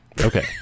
Okay